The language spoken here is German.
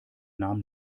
nahm